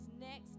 next